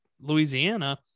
Louisiana